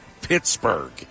Pittsburgh –